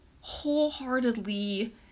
wholeheartedly